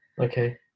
Okay